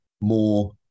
more